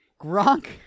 Gronk